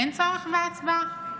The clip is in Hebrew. אין צורך בהצבעה.